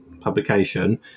Publication